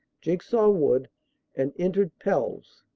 j igsaw wood and entered pelves.